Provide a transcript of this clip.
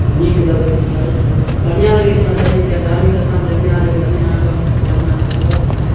नीक लगै छथि बढ़िआँ लगै छै ओना चढ़ैमे किआक तऽ धार्मिक स्थानपर जखनहि अहाँ जेबै तखनहि अहाँके बढ़िआँ लागत